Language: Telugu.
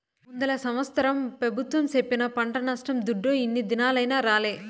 ముందల సంవత్సరం పెబుత్వం సెప్పిన పంట నష్టం దుడ్డు ఇన్ని దినాలైనా రాలే